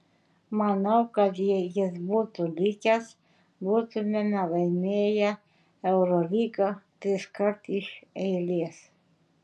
manau kad jei jis būtų likęs būtumėme laimėję eurolygą triskart iš eilės